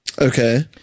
Okay